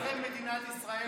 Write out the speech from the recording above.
גדעון סער,